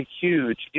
huge